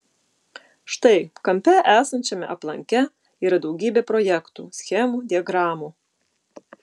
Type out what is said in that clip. štai kampe esančiame aplanke yra daugybė projektų schemų diagramų